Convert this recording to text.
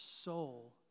soul